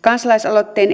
kansalaisaloitteen